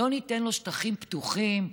לא ניתן לו שטחים פתוחים?